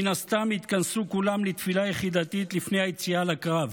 מן הסתם התכנסו כולם לתפילה יחידתית לפני היציאה לקרב.